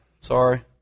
sorry